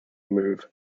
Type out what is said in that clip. move